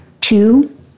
two